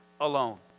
alone